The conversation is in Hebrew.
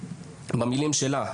במלים שלה,